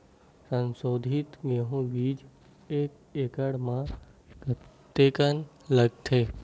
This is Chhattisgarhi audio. संसोधित गेहूं बीज एक एकड़ म कतेकन लगथे?